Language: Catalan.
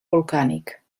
volcànic